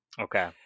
Okay